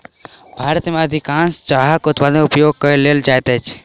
भारत में अधिकाँश चाहक उत्पाद उपयोग कय लेल जाइत अछि